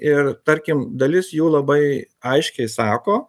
ir tarkim dalis jų labai aiškiai sako